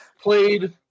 Played